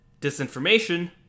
Disinformation